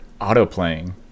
auto-playing